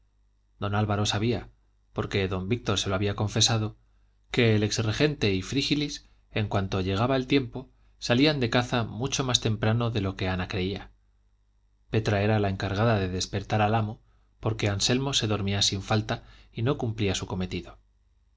don álvaro sabía porque don víctor se lo había confesado que el ex regente y frígilis en cuanto llegaba el tiempo salían de caza mucho más temprano de lo que ana creía petra era la encargada de despertar al amo porque anselmo se dormía sin falta y no cumplía su cometido